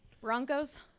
Broncos